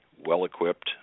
well-equipped